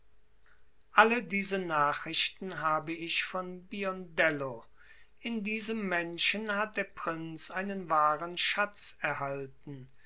alle diese nachrichten habe ich von biondello in diesem menschen hat der prinz einen wahren schatz erhalten